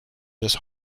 this